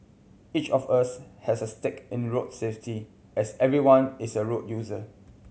each of us has a stake in road safety as everyone is a road user